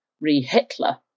re-Hitler